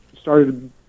started